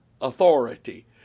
Authority